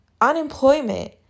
Unemployment